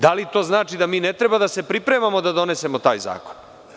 Da li to znači da mi ne treba da se pripremamo da donesemo taj zakon?